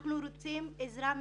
אנחנו רוצים עזרה מכם.